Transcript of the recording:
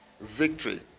victory